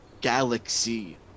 galaxy